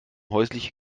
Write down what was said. häusliche